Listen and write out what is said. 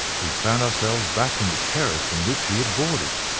we found ourselves back in the terrace in which he had boarded.